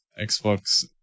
Xbox